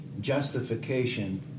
justification